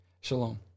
Shalom